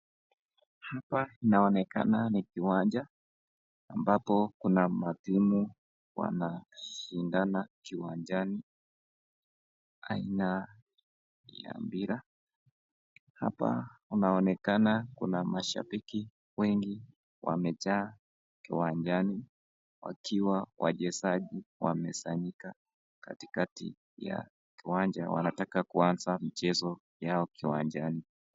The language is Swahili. Hapa inaonekana ni uwanja ambapo kuna wachezaji wa mpira. Hapa inaonekana kuna mashabiki wengi wamejaa uwanjani ikiwa mashabiki wamejaa uwanjani wakitaka kuanza mchezo wao uwanjani.